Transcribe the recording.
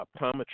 optometry